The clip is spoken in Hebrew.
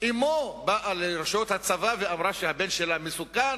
אמו באה לרשויות הצבא ואמרה שהבן שלה מסוכן